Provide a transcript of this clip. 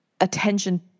attention